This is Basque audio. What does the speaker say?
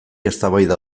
eztabaida